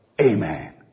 Amen